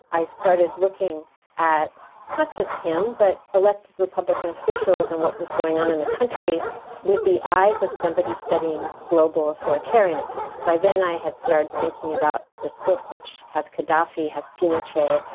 i started looking at not just him, but elected republican officials and what was going on in the country with the eyes of somebody studying global authoritarianism. by then, i had started thinking about this book, which has khadafi has peno che.